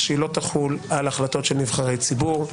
שהיא לא תחול על החלטות של נבחרי ציבור.